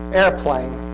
airplane